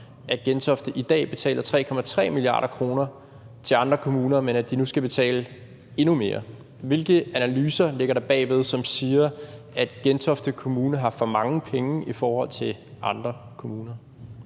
at Gentofte i dag betaler 3,3 mia. kr. til andre kommuner, men nu skal betale endnu mere? Hvilke analyser ligger der bag, som siger, at Gentofte Kommune har for mange penge i forhold til andre kommuner?